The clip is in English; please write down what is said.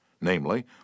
Namely